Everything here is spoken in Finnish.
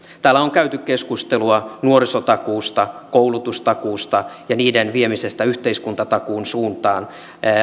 täällä on käyty keskustelua nuorisotakuusta koulutustakuusta ja niiden viemisestä yhteiskuntatakuun suuntaan